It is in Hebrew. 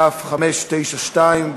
כ/592,